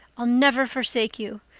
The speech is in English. i'll never forsake you.